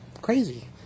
crazy